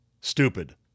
stupid